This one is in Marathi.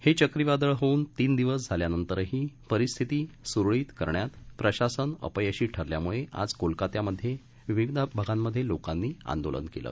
हे चक्रीवादळ होऊन तीन दिवस झाल्यानंतरही परिस्थिती सुरळित करण्यात प्रशासन अपयशी ठरल्यामुळे आज कोलकात्यामधे विविध भागांत लोकांनी आंदोलन केलं